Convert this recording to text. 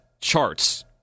charts